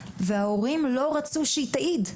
וההורים לא רצו שהיא תעיד,